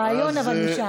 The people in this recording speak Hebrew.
אבל הרעיון נשאר.